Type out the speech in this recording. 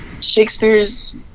Shakespeare's